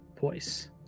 voice